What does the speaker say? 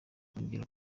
kongera